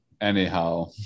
Anyhow